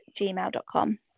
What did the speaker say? gmail.com